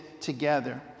together